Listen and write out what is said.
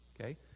Okay